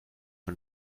von